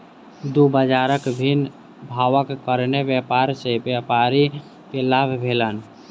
दू बजारक भिन्न भावक कारणेँ व्यापार सॅ व्यापारी के लाभ भेलैन